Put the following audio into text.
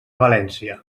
valència